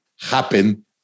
happen